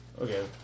Okay